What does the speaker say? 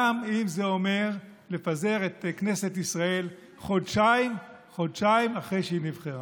גם אם זה אומר לפזר את כנסת ישראל חודשיים אחרי שהיא נבחרה.